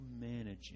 managing